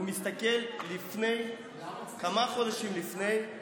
הוא בודק כמה חודשים לפני כן